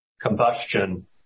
combustion